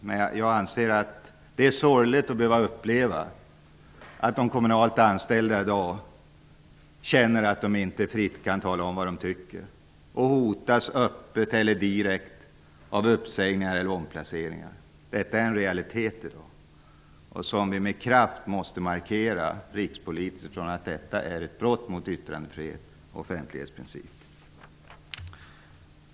Men jag anser att det är sorgligt att behöva uppleva att de kommunalt anställda i dag känner att de inte fritt kan tala om vad de tycker och att de hotas öppet eller indirekt av uppsägningar eller omplaceringar. Detta är en realitet i dag. Vi måste rikspolitiskt med kraft markera att det är ett brott mot yttrandefrihet och offentlighetsprincip.